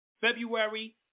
February